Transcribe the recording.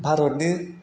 भारतनि